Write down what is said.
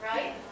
Right